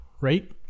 right